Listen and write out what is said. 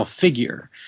figure